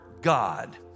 God